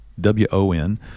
W-O-N